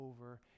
over